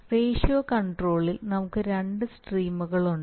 ratio കണ്ട്രോളിൽ നമുക്ക് രണ്ട് സ്ട്രീമുകളുണ്ട്